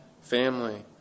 family